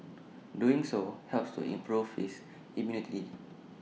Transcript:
doing so helps to improve his immunity